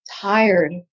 tired